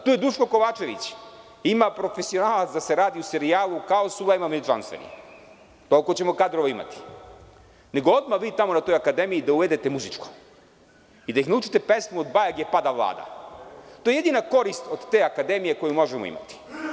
Tu je Duško Kovačević, ima „Profesionalac“ da se radi kao „Sulejman veličanstveni“, koliko ćemo kadrova imati, nego odmah vi tamo na toj akademiji da uvedete muzičko i da ih naučite pesmu od Bajage „Pada Vlada“ i to je jedina korist od te akademije koju možemo imati.